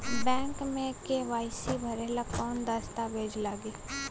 Bank मे KYC भरेला कवन दस्ता वेज लागी?